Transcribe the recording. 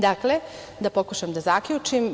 Dakle, da pokušam da zaključim.